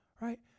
Right